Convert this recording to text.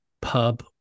pub